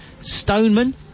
Stoneman